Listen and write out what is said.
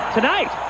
Tonight